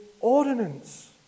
ordinance